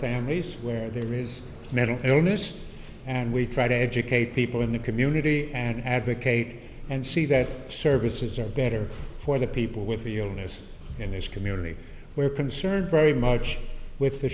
families where there is mental illness and we try to educate people in the community and advocate and see that services are better for the people with the illness in this community where concerned very much with